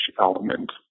element